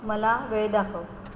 मला वेळ दाखव